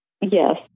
Yes